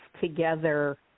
together